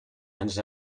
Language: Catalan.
ens